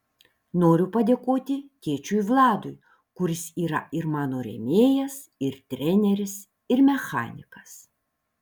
noriu padėkoti tėčiui vladui kuris yra ir mano rėmėjas ir treneris ir mechanikas